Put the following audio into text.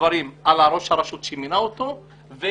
דברים על ראש הרשות שמינה אותו ולא